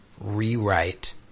rewrite